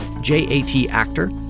J-A-T-ACTOR